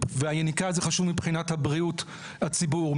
והיניקה זה חשוב מבחינת בריאות הציבור,